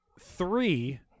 Three